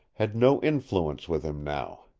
had no influence with him now.